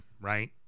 right